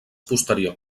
posterior